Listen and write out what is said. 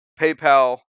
PayPal